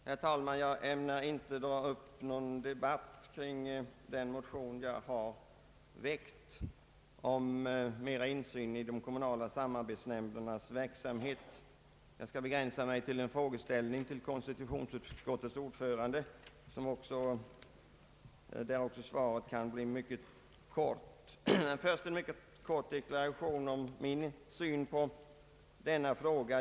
Herr talman! Jag ämnar inte dra upp någon debatt kring den motion jag har väckt om större insyn i de kommunala samarbetsnämndernas verksamhet. Jag skall begränsa mig till en fråga till konstitutionsutskottets ordförande, och hans svar kan nog också bli mycket kort. Låt mig först göra en kort deklaration om min syn på denna fråga.